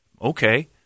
Okay